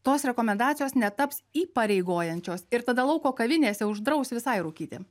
tos rekomendacijos netaps įpareigojančios ir tada lauko kavinėse uždraus visai rūkyti